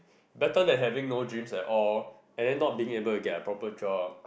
better than having no dreams at all and then not being able to get a proper job